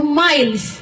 miles